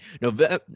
November